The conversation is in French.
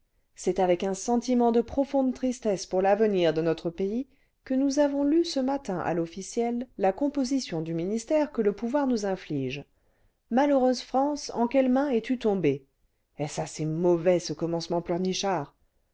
c'est avec un sentiment de profonde tristesse pour l'avenir cle notre paj que nous avons lu ce matin à l'officiel la composition du ministère que le pouvoir nous inflige malheureuse france en quelles mains es-tu tombée est-ce assez mauvais ce commencement